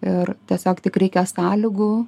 ir tiesiog tik reikia sąlygų